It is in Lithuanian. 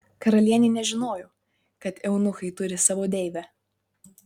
karalienė nežinojo kad eunuchai turi savo deivę